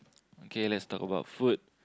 okay let's talk about food